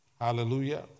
Hallelujah